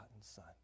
Son